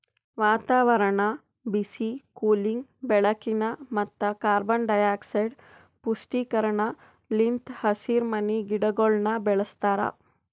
ವಾತಾವರಣ, ಬಿಸಿ, ಕೂಲಿಂಗ್, ಬೆಳಕಿನ ಮತ್ತ ಕಾರ್ಬನ್ ಡೈಆಕ್ಸೈಡ್ ಪುಷ್ಟೀಕರಣ ಲಿಂತ್ ಹಸಿರುಮನಿ ಗಿಡಗೊಳನ್ನ ಬೆಳಸ್ತಾರ